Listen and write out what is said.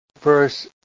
verse